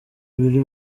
bibiri